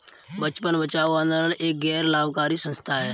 बचपन बचाओ आंदोलन एक गैर लाभकारी संस्था है